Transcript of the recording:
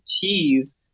cheese